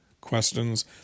questions